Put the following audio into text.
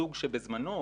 זוג שבזמנו,